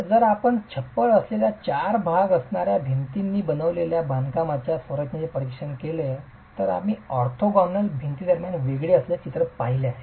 तर जर आपण छप्पर असलेल्या चार भार असणार्या भिंतींनी बनविलेल्या बांधकामाच्या संरचनेचे परीक्षण केले तर आम्ही ऑर्थोगोनल भिंती दरम्यान वेगळे असलेले चित्र पाहिले आहे